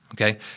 Okay